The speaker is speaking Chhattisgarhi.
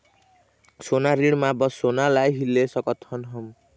सोना ऋण मा बस सोना ला ही ले सकत हन हम?